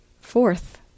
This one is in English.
fourth